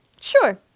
Sure